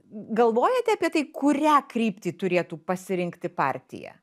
galvojate apie tai kurią kryptį turėtų pasirinkti partija